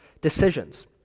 decisions